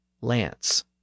lance